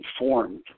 informed